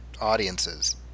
audiences